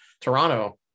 Toronto